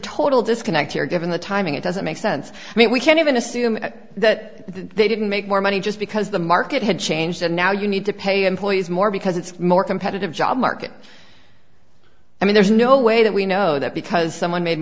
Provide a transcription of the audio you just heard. total disconnect here given the timing it doesn't make sense i mean we can't even assume that they didn't make more money just because the market had changed and now you need to pay employees more because it's more competitive job market i mean there's no way that we know that because someone made